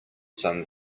sun